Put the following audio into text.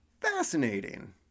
Fascinating